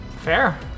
Fair